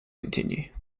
continue